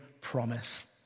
promise